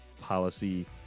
policy